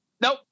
Nope